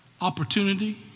opportunity